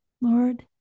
Lord